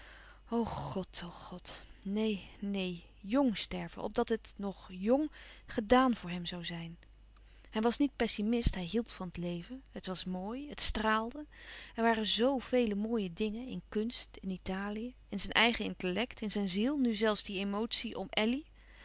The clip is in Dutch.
god o god neen neen jng sterven opdat het nog jng gedàan voor hem zoû zijn hij was niet pessimist hij hield van het leven het was mooi het stràalde er waren zoo vele mooie dingen in kunst in italië in zijn eigen intellect in zijn ziel nu zelfs die emotie om elly